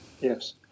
Yes